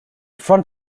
front